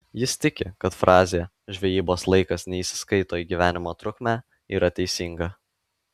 jis tiki kad frazė žvejybos laikas neįsiskaito į gyvenimo trukmę yra teisinga